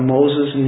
Moses